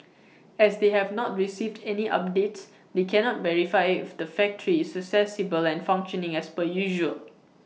as they have not received any updates they cannot verify if the factory is accessible and functioning as per usual